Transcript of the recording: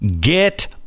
Get